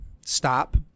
stop